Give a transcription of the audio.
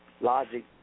logic